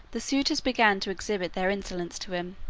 the suitors began to exhibit their insolence to him.